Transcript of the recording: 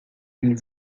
une